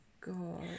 God